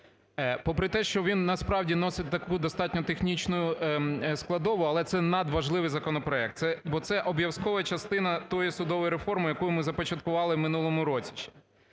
Попри те, що він насправді носить таку достатньо технічну складову, але це надважливий законопроект, бо це обов'язкова частина тої судової реформи, яку ми започаткували у минулому році